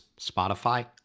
Spotify